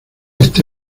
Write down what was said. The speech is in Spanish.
este